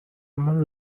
among